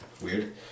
weird